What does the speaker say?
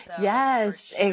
Yes